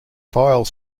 file